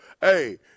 Hey